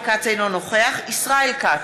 אינו נוכח ישראל כץ,